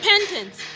repentance